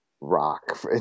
rock